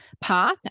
path